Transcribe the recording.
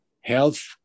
health